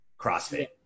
CrossFit